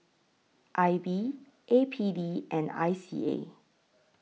I B A P D and I C A